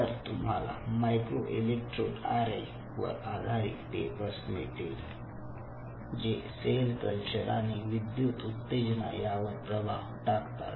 तर तुम्हाला micro electrode array वर आधारित पेपर्स मिळतील जे सेल कल्चर आणि विद्युत उत्तेजना यावर प्रकाश टाकतात